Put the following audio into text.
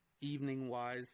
evening-wise